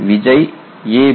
Yadav Vijay A